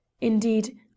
indeed